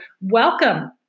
welcome